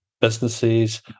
businesses